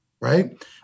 right